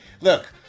Look